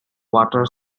water